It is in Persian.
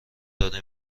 داده